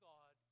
God